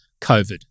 COVID